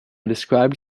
described